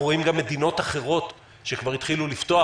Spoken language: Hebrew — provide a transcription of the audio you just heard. אנחנו רואים גם מדינות אחרות שכבר התחילו לפתוח.